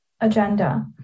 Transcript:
agenda